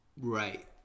Right